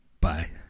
Bye